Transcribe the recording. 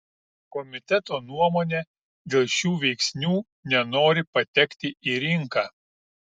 komiteto nuomone dėl šių veiksnių nenori patekti į rinką